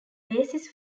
basis